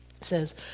says